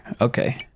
Okay